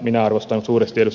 minä arvostan suuresti ed